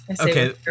Okay